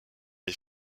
les